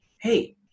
Hey